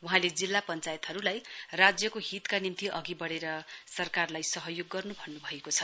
वहाँले जिल्ला पञ्चायतहरुलाई राज्यको हितका निम्ति अघि वढ़ेर सरकारलाई सहयोग गर्नु भन्नुभएको छ